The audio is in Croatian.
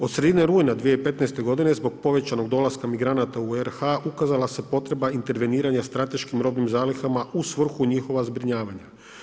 Od sredine rujna 2015. godine zbog povećanog dolaska migranata u RH ukazala se potreba interveniranja strateškim robnim zalihama u svrhu njihova zbrinjavanja.